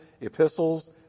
epistles